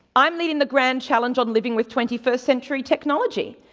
i'm leading the grand challenge on living with twenty first century technology.